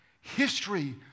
History